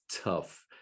tough